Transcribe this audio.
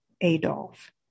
Adolf